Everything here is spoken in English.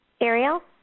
Ariel